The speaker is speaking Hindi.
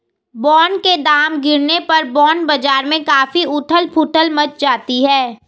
बॉन्ड के दाम गिरने पर बॉन्ड बाजार में काफी उथल पुथल मच जाती है